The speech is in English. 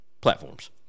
platforms